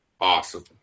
Awesome